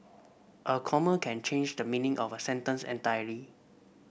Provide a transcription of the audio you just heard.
a comma can change the meaning of a sentence entirely